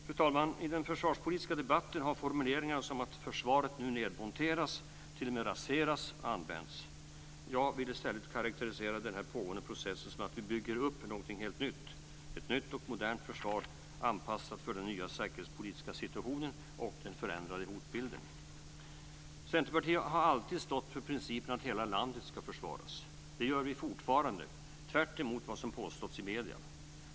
Fru talman! I den försvarspolitiska debatten har formuleringar som "att försvaret nu nedmonteras" och t.o.m. "raseras" använts. Jag vill i stället karakterisera den pågående processen som att vi bygger upp någonting helt nytt, ett nytt och modernt försvar anpassat för den nya säkerhetspolitiska situationen och den förändrade hotbilden. Centerpartiet har alltid stått för principen att hela landet ska försvaras. Det gör vi fortfarande, tvärtemot vad som har påståtts i medierna.